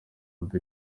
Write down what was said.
mbe